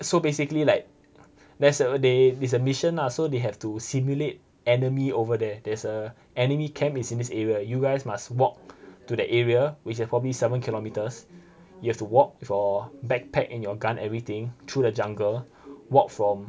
so basically like it's a mission lah so they have to stimulate enemy over there there's a enemy camp is in this area you guys must walk to that area which is probably seven kilometrres you walk with your backpack and your gun everything through the jungle walk from